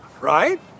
Right